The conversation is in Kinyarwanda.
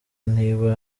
niba